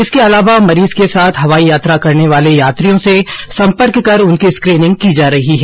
इसके अलावा मरीज के साथ हवाई यात्रा करने वाले यात्रियों से संपर्क कर उनकी स्क्रीनिंग की जा रही है